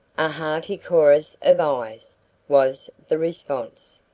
a hearty chorus of ayes was the response.